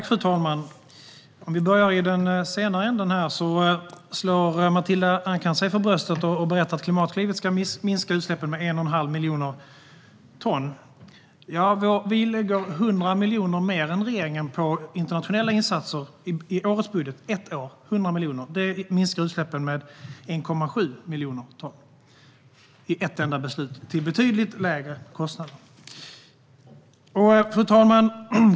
Fru talman! Låt mig börja med det senaste. Matilda Ernkrans slår sig för bröstet och berättar att Klimatklivet ska minska utsläppen med 1 1⁄2 miljon ton. Vi lägger 100 miljoner mer än regeringen på internationella insatser i årets budget - alltså 100 miljoner under ett år. Detta gör att utsläppen minskar med 1,7 miljoner ton och sker med ett enda beslut och till betydligt lägre kostnader. Fru talman!